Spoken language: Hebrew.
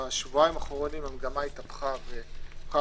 בשבועיים האחרונים היא התהפכה והפכה